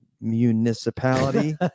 municipality